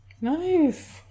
Nice